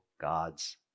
God's